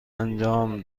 انجام